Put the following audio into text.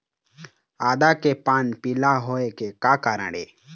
आदा के पान पिला होय के का कारण ये?